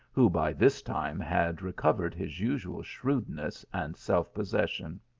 who by this time had recovered his usual shrewdness and self-possession.